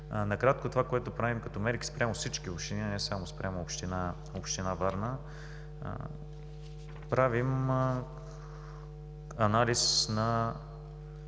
Накратко, това което правим като мерки спрямо всички общини, а не само спрямо община Варна – правим анализ на